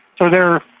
so they're